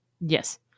yes